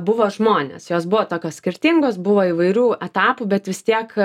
buvo žmonės jos buvo tokios skirtingos buvo įvairių etapų bet vis tiek